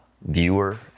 viewer